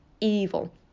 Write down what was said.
evil